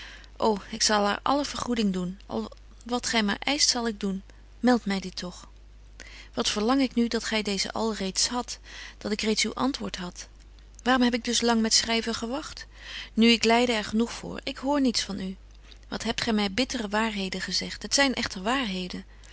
ô ik zal haar alle vergoeding doen al wat gy maar eischt zal ik doen meldt my dit toch wat verlang ik nu dat gy deezen alreeds hadt dat ik reeds uw antwoord had waarom heb ik dus lang met schryven gewagt nu ik lyde er genoeg voor ik hoor niets van u wat hebt gy my bittere waarheden gezegt het zyn echter waarheden